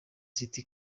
city